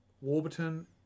Warburton